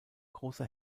große